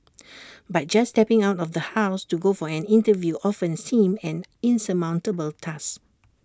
but just stepping out of the house to go for an interview often seemed an insurmountable task